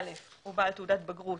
הוא בעל תעודת בגרות